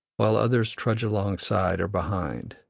while others trudge alongside or behind.